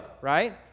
Right